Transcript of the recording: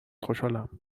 خوشحالم